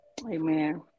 Amen